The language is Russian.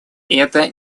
это